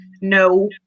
No